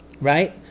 right